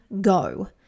go